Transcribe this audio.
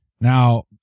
Now